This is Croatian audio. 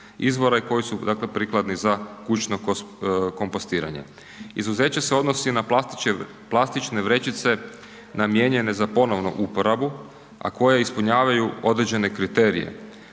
izvora i koje su prikladne za kućno kompostiranje. Izuzeće se odnosi na plastične vrećice namijenjene za ponovnu uporabu, a koje ispunjavaju određene kriterije,